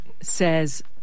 says